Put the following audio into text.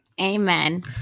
Amen